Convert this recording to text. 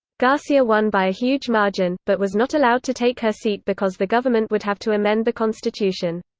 garcia won by a huge margin, but was not allowed to take her seat because the government would have to amend the constitution.